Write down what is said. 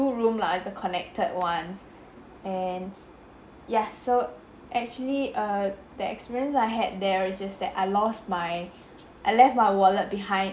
room lah it's a connected ones and ya so actually err the experience I had there is just that I lost my I left my wallet behind